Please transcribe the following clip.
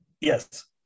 Yes